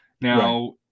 now